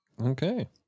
okay